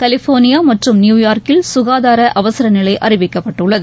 California மற்றும் நியூயார்க்கில் சுகாதார அவசர நிலை அறிவிக்கப்பட்டுள்ளது